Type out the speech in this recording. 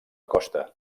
costa